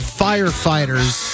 firefighters